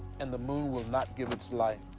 and the moon will not give its light.